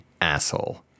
asshole